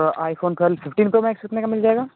iPhone कल fifteen pro max कितने का मिल जाएगा